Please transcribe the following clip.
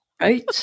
Right